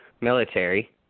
military